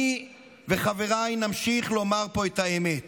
אני וחבריי נמשיך לומר פה את האמת,